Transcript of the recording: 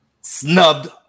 snubbed